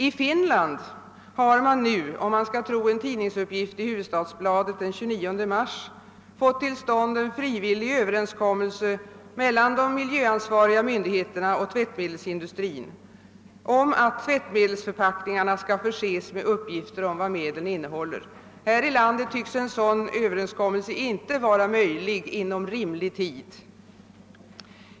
I Finland har man nu, om vi skall tro en uppgift i Hufvudstadsbladet den 29 mars, fått till stånd en frivillig överenskommelse mellan de miljöansvariga myndigheterna och tvättmedelsindustrin om att tvättmedelsförpackningarna skall förses med uppgifter om vad medlen innehåller. Här i landet tycks en sådan Överenskommelse inte vara möjlig inom rimlig tid.